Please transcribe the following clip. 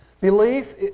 Belief